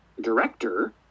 director